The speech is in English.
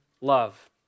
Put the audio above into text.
love